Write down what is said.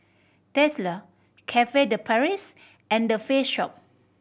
Tesla Cafe De Paris and The Face Shop